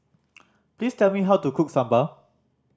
please tell me how to cook Sambar